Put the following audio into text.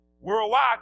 Worldwide